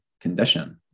condition